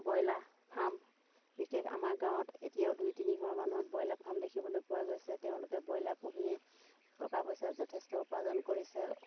broiler farm বিশেষ আমাৰ গাঁৱত এতিয়াও দুই তিনি ঘৰ মানুহত ব্ৰয়লাৰ ফাৰ্ম দেখিবলৈ পোৱা গৈছে তেওঁলোকে ব্ৰয়লাৰ পুহিয়ে টকা পইচা যথেষ্ট উপাৰ্জন কৰিছে